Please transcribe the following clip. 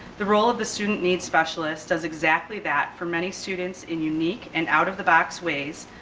the role of the student needs specialist does exactly that for many students and unique and out of the box ways.